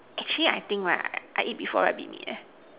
actually I think right I I eat before rabbit meat eh